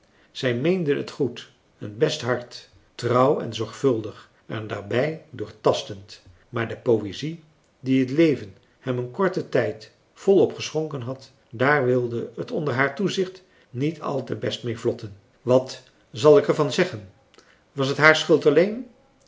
zij meende het goed een best hart trouw en zorgvuldig en daarbij doortastend maar de poëzie die het leven hem een korten tijd volop geschonken had daar wilde het onder haar toezicht niet al te best mee vlotten wat zal ik er van zeggen was het haar schuld